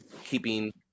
keeping